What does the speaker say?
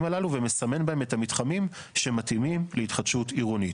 הללו ומסמן בהן את המתחמים שמתאימים להתחדשות עירונית.